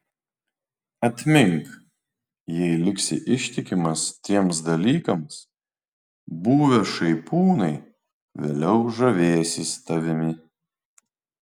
atmink jei liksi ištikimas tiems dalykams buvę šaipūnai vėliau žavėsis tavimi